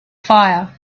fire